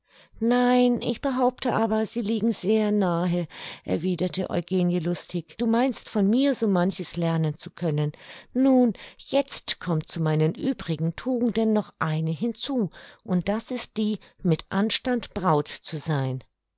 nein ich behaupte aber sie liegen sehr nahe erwiederte eugenie lustig du meinst von mir so manches lernen zu können nun jetzt kommt zu meinen übrigen tugenden noch eine hinzu und das ist die mit anstand braut zu sein